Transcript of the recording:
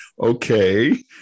okay